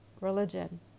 Religion